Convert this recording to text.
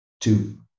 two